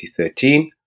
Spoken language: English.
2013